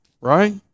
right